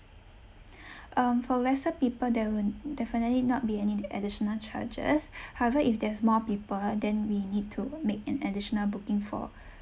um for lesser people there will definitely not be any additional charges however if there's more people then we need to make an additional booking for